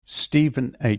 stephen